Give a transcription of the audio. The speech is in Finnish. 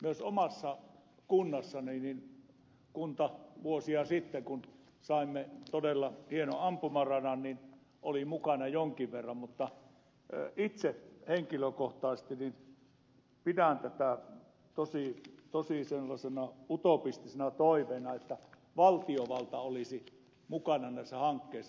myös oma kotikuntani vuosia sitten kun saimme todella hienon ampumaradan oli mukana jonkin verran mutta itse henkilökohtaisesti pidän tosi sellaisena utopistisena toiveena että valtiovalta olisi mukana näissä hankkeissa